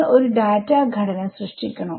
നിങ്ങൾ ഒരു ഡാറ്റാ ഘടന സൃഷ്ടിക്കണം